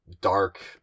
dark